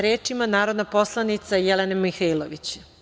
Reč ima narodna poslanica Jelena Mihailović.